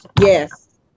yes